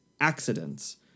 accidents